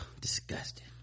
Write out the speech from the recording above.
Disgusting